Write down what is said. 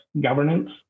governance